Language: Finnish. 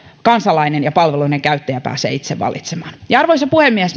kansalainen ja palveluiden käyttäjä pääsee itse valitsemaan arvoisa puhemies